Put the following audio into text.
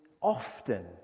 often